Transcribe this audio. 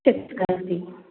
fifth class भी